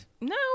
No